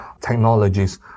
technologies